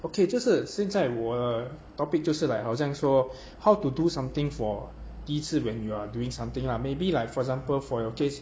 ok 就是现在我的 topic 就是 like 好像说 how to do something for 第一次 when you're doing something lah maybe like for example for your case